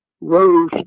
rose